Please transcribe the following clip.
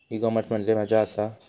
E commerce म्हणजे मझ्या आसा?